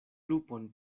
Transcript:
lupon